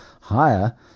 higher